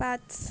पाच